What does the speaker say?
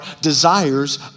desires